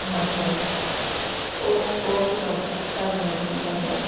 ਹਾਂਜੀ ਹਾਂਜੀ okay okay ਭਾਅ ਜੀ ਧੰਨਵਾਦ ਜੀ ਧੰਨਵਾਦ